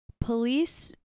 Police